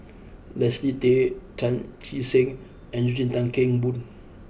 Leslie Tay Chan Chee Seng and Eugene Tan Kheng Boon